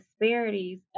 disparities